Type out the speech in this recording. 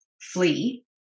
flee